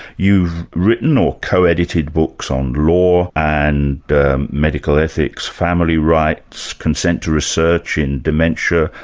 you've written, or co-edited, books on law, and medical ethics, family rights, consent to research in dementia,